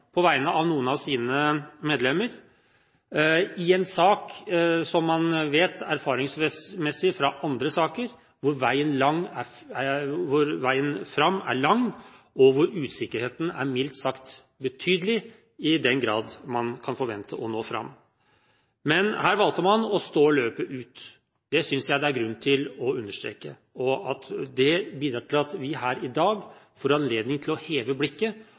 på vegne av noen av sine medlemmer, en sak der man erfaringsmessig vet fra andre saker at veien fram er lang, og hvor usikkerheten er mildt sagt betydelig i den grad man kan forvente å nå fram. Her valgte man å stå løpet ut. Det synes jeg det er grunn til å understreke, og det bidrar til at vi her i dag får anledning til å heve blikket